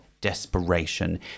desperation